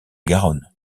garonne